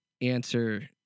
answer